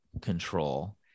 control